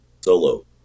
solo